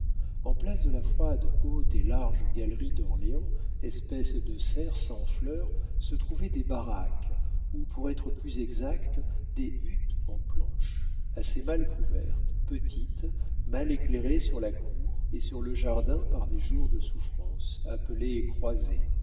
en place de la froide haute et large galerie d'orléans espèce de serre sans fleurs se trouvaient des baraques ou pour être plus exact des huttes en planches assez mal couvertes petites mal éclairées sur la cour et sur le jardin par des jours de souffrance appelés croisées